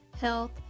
health